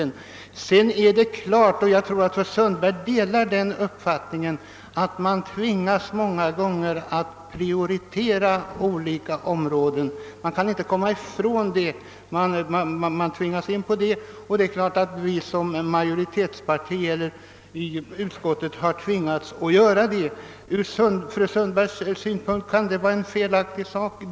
Emellertid är det klart — jag tror att fru Sundberg delar den uppfattningen — att vi många gånger tvingas att prioritera olika områden. Man kan inte komma ifrån det, och det är klart att vi som tillhör majoritetspartiet har tvingats att i utskottet göra det. Ur fru Sundbergs synpunkt kan det vara felaktigt.